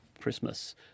Christmas